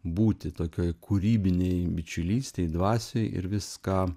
būti tokioj kūrybinėj bičiulystėj dvasioj ir viską